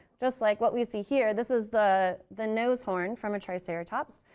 just like what we see here. this is the the nose horn from a triceratops.